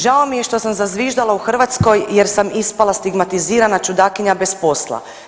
Žao mi je što sam zazviždala u Hrvatskoj jer sam ispala stigmatizirana čudakinja bez posla.